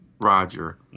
Roger